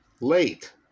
late